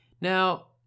Now